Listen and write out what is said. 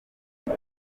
uze